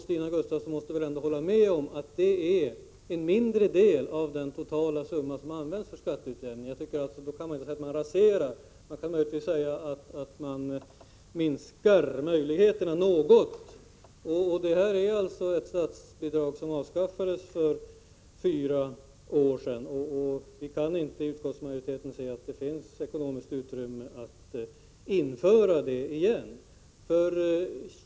Stina Gustavsson måste väl ändå hålla med om att det är en mindre del av den totala summa som används för skatteutjämning. Då kan man inte säga att systemet raseras — man kan möjligen säga att man något minskar möjligheterna. Det här är ett statsbidrag som avskaffades för fyra år sedan, och utskottsmajoriteten kan inte se att det finns ekonomiskt utrymme att införa | det igen.